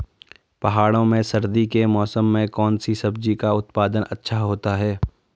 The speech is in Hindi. पहाड़ों में सर्दी के मौसम में कौन सी सब्जी का उत्पादन अच्छा होता है?